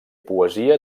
poesia